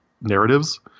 narratives